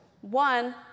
One